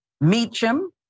Meacham